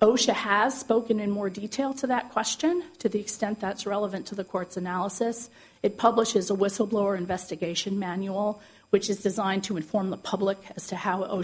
osha has spoken in more detail to that question to the extent that's relevant to the court's analysis it publishes a whistleblower investigation manual which is designed to inform the public as to how o